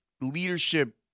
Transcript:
leadership